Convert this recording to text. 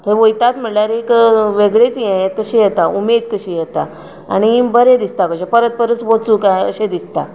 थंय वयतात म्हळ्ळ्यार एक वेगळीच हें कशी येता उमेद कशी येता आनी बरें दिसता कशें परत परत वचूं काय अशें दिसता